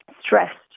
stressed